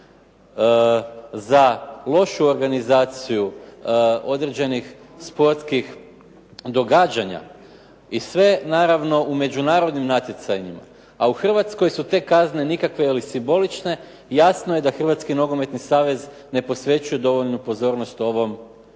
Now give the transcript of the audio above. za lošu organizaciju određenih sportskih događanja i sve naravno u međunarodnim natjecanjima, a u Hrvatskoj su te kazne nikakve ili simbolične. Jasno je da Hrvatski nogometni savez ne posvećuje dovoljnu pozornost ovom problemu,